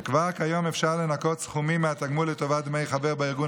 וכבר כיום אפשר לנכות סכומים מהתגמול לטובת דמי חבר בארגון